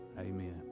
amen